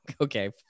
Okay